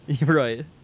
Right